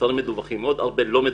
אתרים מדווחים ועוד הרבה שאינם.